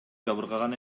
жабыркаган